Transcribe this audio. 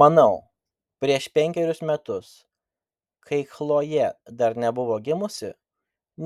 manau prieš penkerius metus kai chlojė dar nebuvo gimusi